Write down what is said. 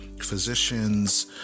physicians